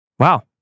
Wow